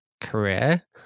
career